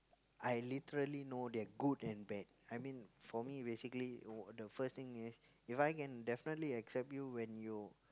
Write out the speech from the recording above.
I literally know their good and bad I mean for me basically w~ the first thing is if I can definitely accept you when you